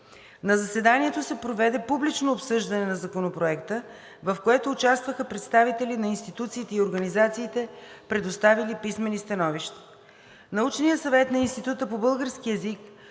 На заседанието се проведе публично обсъждане на Законопроекта, в което участваха представители на институциите и организациите, предоставили писмени становища. Научният съвет на Института за български език